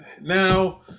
now